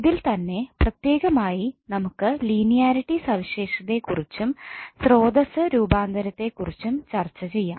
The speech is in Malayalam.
ഇതിൽ തന്നെ പ്രത്യേകമായി നമുക്ക് ലീനിയാരിറ്റി സവിശേഷതയെ കുറിച്ചും സ്രോതസ്സ് രൂപാന്തരത്തെ കുറിച്ചും ചർച്ച ചെയ്യാം